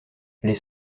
les